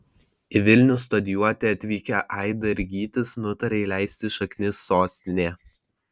į vilnių studijuoti atvykę aida ir gytis nutarė įleisti šaknis sostinėje